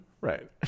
right